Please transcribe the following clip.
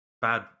bad